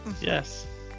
Yes